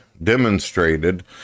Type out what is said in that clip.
demonstrated